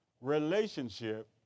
relationship